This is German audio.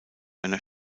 einer